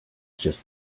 just